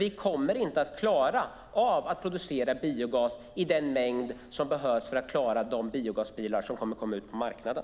Vi kommer inte att klara av att producera biogas i den mängd som behövs till de biogasbilar som kommer att komma ut på marknaden.